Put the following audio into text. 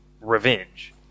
revenge